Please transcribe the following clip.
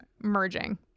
merging